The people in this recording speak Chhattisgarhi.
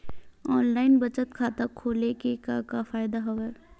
ऑनलाइन बचत खाता खोले के का का फ़ायदा हवय